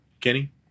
Kenny